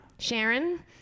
Sharon